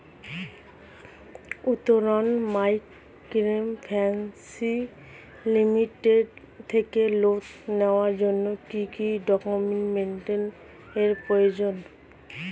Uttaran microfinance limited থেকে loan নেওয়ার জন্য কি কি ডকুমেন্টস এর প্রয়োজন?